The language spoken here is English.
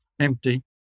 empty